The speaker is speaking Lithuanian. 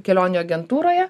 kelionių agentūroje